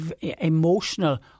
emotional